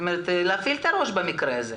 כלומר להפעיל את הראש במקרה הזה.